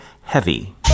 Heavy